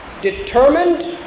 determined